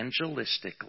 evangelistically